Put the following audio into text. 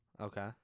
okay